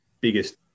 biggest